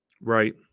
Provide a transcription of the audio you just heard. Right